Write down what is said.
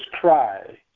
cry